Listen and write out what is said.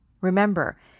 Remember